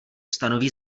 stanoví